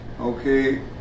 Okay